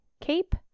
cape